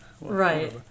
right